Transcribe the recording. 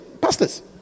pastors